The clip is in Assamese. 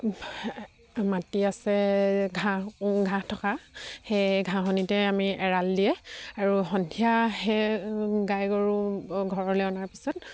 মাটি আছে ঘাঁহ ঘাঁহ থকা সেই ঘাঁহনীতে আমি এৰাল দিয়ে আৰু সন্ধিয়া সেই গাই গৰু ঘৰলৈ অনাৰ পিছত